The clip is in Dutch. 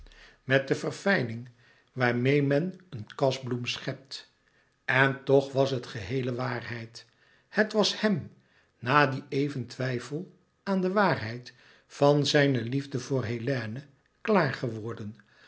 met de verfijning waarmeê men een kasbloem schept en toch was het gehéele waarheid het was hem na dien eventwijfel aan de waarheid van zijne liefde voor hélène klaar geworden